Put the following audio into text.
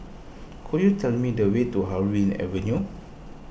could you tell me the way to Harvey Avenue